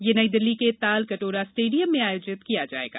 यह नई दिल्ली के ताल कटोरा स्टेडियम में आयोजित किया जाएगा